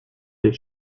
les